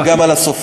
וגם על הסופרים.